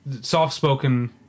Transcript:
soft-spoken